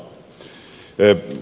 arvoisa puhemies